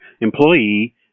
employee